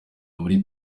muri